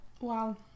Wow